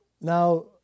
Now